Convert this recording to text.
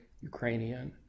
Ukrainian